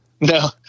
No